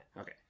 Okay